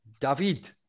David